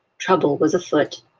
trouble was afoot.